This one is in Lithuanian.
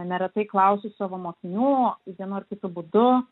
neretai klausiu savo mokinių į vienu ar kitu būdu